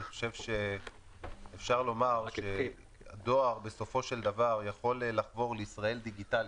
אני חושב שאפשר לומר שהדואר בסופו של דבר יכול לחבור לישראל דיגיטלית.